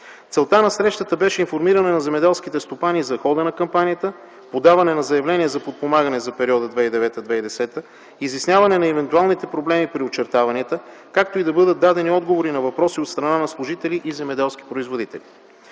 Целта на срещата беше информиране на земеделските стопани за хода на кампанията, подаване на заявления за подпомагане за периода 2009-2010 г., изясняване на евентуалните проблеми при очертаванията, както и да бъдат дадени отговори на въпроси от страна на служители и земеделски производители.